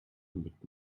mit